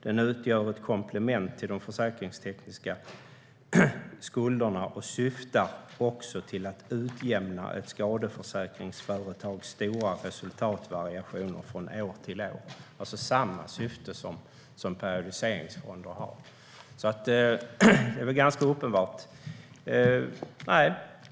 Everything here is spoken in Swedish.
Den utgör ett komplement till de försäkringstekniska skulderna och syftar också till att utjämna ett skadeförsäkringsföretags stora resultatvariationer från år till år. Det är samma syfte som periodiseringsfonder har. Det är väl uppenbart.